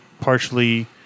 partially